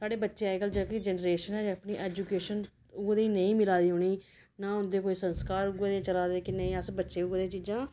साढ़े बच्चे अज्जकल जेह्की जनरेशन ऐ अपनी एजूकेशन उ'यै जेही नेईं मिला दी उ'नेंगी ना उं'दे कोई संस्कार उ'यै ने चला दे कि नेईं अस बच्चें गी उ'यै नेही चीजां